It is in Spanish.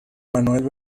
manuel